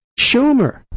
Schumer